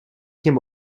him